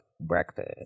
breakfast